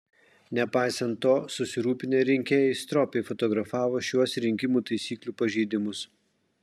nepaisant to susirūpinę rinkėjai stropiai fotografavo šiuos rinkimų taisyklių pažeidimus